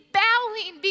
bowing